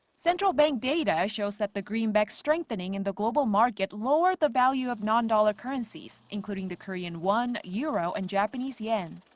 central bank data shows that the greenback strengthening in the global market lowered the value of non-dollar currencies, including the korean won, euro and japanese yen.